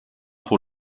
pour